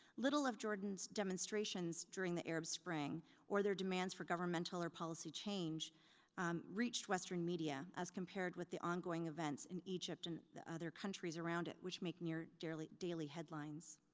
little of jordan's demonstrations during the arab spring or their demands for governmental or policy change reached western media as compared with the ongoing events in egypt and the other countries around it, which make near-daily near-daily headlines.